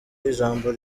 ijambo